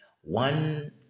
One